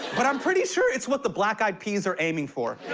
but i'm pretty sure it's what the black eyed peas are aiming for.